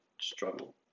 struggle